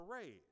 parade